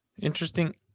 Interesting